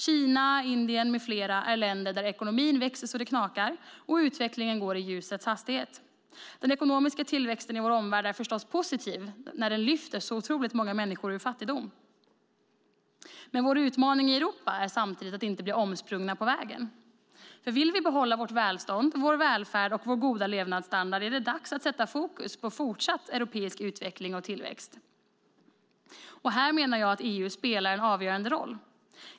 Kina, Indien med flera är länder där ekonomin växer så det knakar och utvecklingen går i ljusets hastighet. Den ekonomiska tillväxten i vår omvärld är förstås positiv när den lyfter upp så otroligt många människor ur fattigdom. Men vår utmaning i Europa är samtidigt att inte bli omsprungna på vägen. Vill vi behålla vårt välstånd, vår välfärd och vår goda levnadsstandard är det dags att sätta fokus på fortsatt europeisk utveckling och tillväxt. Här spelar EU en avgörande roll.